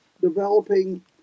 developing